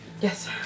Yes